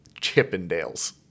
Chippendales